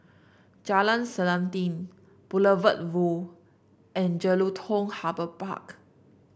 Jalan Selanting Boulevard Vue and Jelutung Harbour Park